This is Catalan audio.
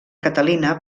catalina